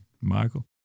Michael